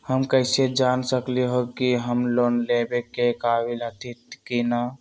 हम कईसे जान सकली ह कि हम लोन लेवे के काबिल हती कि न?